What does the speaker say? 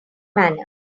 manner